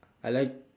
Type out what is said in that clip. I like